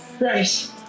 Right